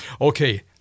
Okay